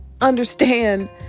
understand